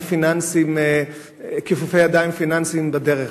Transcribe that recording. פיננסיים וכיפופי ידיים פיננסיים בדרך.